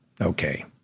Okay